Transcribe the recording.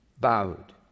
bowed